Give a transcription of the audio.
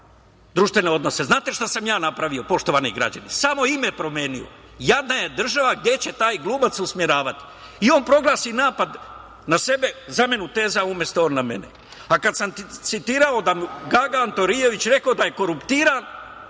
društvene odnose. Znate šta sam ja napravio, poštovani građani, samo ime promenio – jadan je država gde će taj glumac usmeravati. I, on proglasi napad na sebe, zamena teza, umesto on na mene. Kada sam citirao da je Gaga Antonijević rekao da je koruptiran,